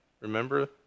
Remember